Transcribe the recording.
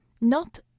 Not